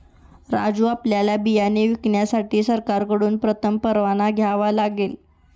राजू आपल्याला बियाणे विकण्यासाठी सरकारकडून प्रथम परवाना घ्यावा लागेल